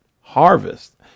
harvest